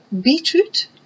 Beetroot